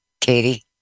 Katie